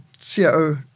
CIO